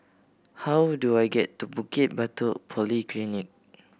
how do I get to Bukit Batok Polyclinic